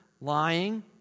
lying